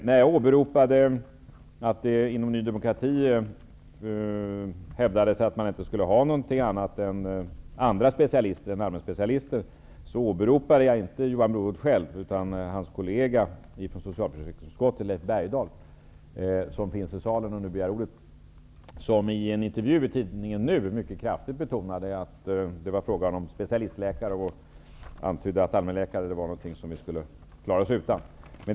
När jag åberopade att det inom Ny demokrati hävdades att man inte skulle ha några andra specialister än allmänspecialister, åberopade jag inte Johan Brohult själv utan hans kollega från socialförsäkringsutskottet, Leif Bergdahl, som finns i salen och nu begär ordet. Han betonade mycket kraftigt i en intervju i tidningen Nu att det var fråga om specialistläkare och antydde att allmänläkare var något som vi skulle klara oss utan.